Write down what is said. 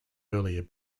earlier